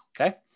okay